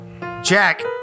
Jack